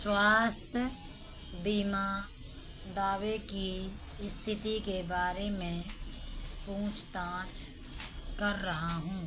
स्वास्थ्य बीमा दावे की स्थिति के बारे में पूछताछ कर रहा हूँ